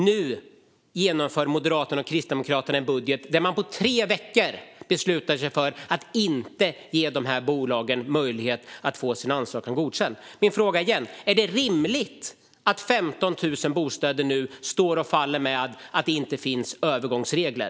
Nu genomför Moderaterna och Kristdemokraterna en budget där man på tre veckor beslutar sig för att inte ge dessa bolag möjlighet att få sina ansökningar godkända. Jag ställer min fråga igen: Är det rimligt att 15 000 bostäder står och faller med att det inte finns övergångsregler?